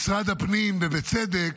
משרד הפנים, ובצדק,